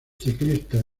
ciclistas